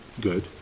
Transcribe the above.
good